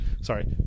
sorry